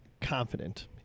confident